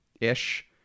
ish